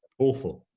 awful.